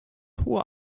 hohe